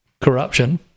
corruption